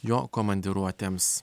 jo komandiruotėms